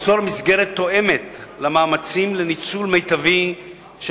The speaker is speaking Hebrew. ליצור מסגרת תואמת למאמצים לניצול מיטבי של